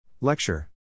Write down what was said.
Lecture